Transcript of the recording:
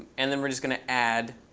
and then we're just going to add